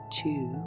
two